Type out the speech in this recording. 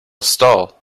stall